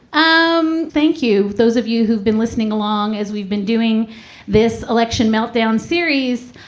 um thank you those of you who've been listening along as we've been doing this election meltdown series,